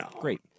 great